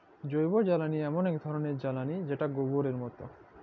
জৈবজ্বালালি এমল এক ধরলের জ্বালালিযেটা গবরের মত